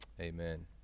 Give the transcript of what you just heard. Amen